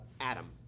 Adam